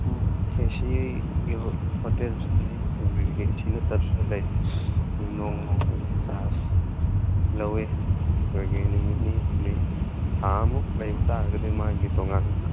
ꯎꯝ ꯑꯦꯁꯤꯒꯤ ꯍꯣꯇꯦꯜꯁꯨ ꯂꯩ ꯑꯗꯨꯒꯩ ꯑꯦ ꯁꯤ ꯅꯠꯇꯕꯁꯨ ꯂꯩ ꯅꯣꯡꯃ ꯅꯣꯡꯃꯒꯤ ꯆꯥꯔꯖ ꯂꯧꯏ ꯑꯩꯈꯣꯏꯒꯤ ꯅꯨꯃꯤꯠ ꯅꯤꯅꯤ ꯍꯨꯝꯅꯤ ꯊꯥ ꯑꯃꯃꯨꯛ ꯂꯩꯕ ꯇꯥꯔꯒꯗꯤ ꯃꯥꯒꯤ ꯇꯣꯉꯥꯟꯕ